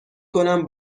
کنم